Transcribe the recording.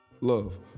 love